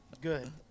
good